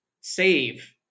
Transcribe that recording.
Save